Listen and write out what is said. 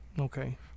Okay